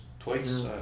Twice